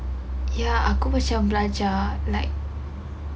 ya aku macam belajar like